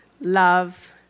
love